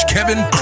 Kevin